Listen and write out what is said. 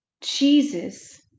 Jesus